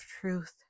truth